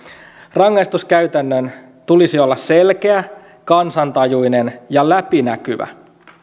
rangaistuskäytännön tulisi olla selkeä kansantajuinen ja läpinäkyvä